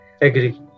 agree